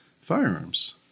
firearms